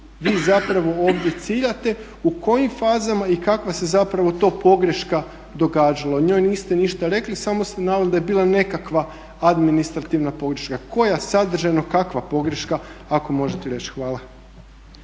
vi zapravo ovdje ciljate, u kojim fazama i kakva se zapravo to pogreška događala. O njoj niste ništa rekli, samo ste naveli da je bila nekakva administrativna pogreška. Koja sadržajno, kakva pogreška, ako možete reći. Hvala.